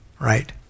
right